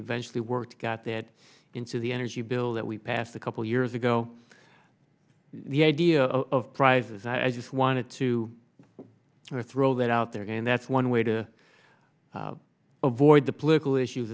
eventually worked got that into the energy bill that we passed a couple years ago the idea of prizes i just wanted to throw that out there and that's one way to avoid the political issues